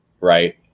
Right